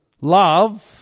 Love